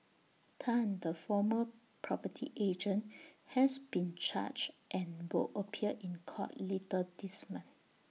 Tan the former property agent has been charged and will appear in court later this month